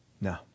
No